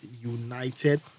United